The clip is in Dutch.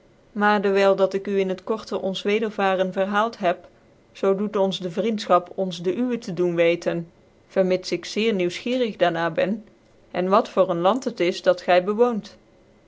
maar dewyl dat ik u in het korte ons wedervaren verhaald heb zoo docd ons de vrienfehap ons de uwe te doen weten vermits ik zeef nieuwsgierig daar na ben cn wat voor een lani het is dat gy